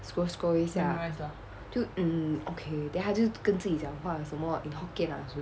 scroll scroll 一下就 um okay then 他就跟自己讲话什么 in hokkien ah